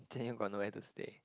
then you got nowhere to stay